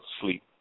sleep